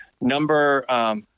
Number